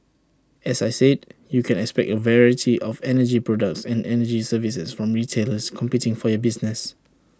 as I said you can expect A variety of energy products and energy services from retailers competing for your business